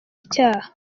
icyaha